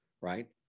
right